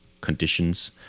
conditions